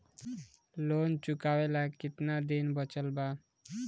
Loan चुकावे ला कितना दिन बचल बा?